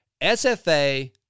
SFA